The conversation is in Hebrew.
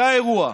זה האירוע.